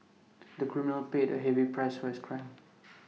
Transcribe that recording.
the criminal paid A heavy price for his crime